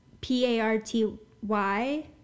P-A-R-T-Y